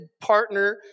partner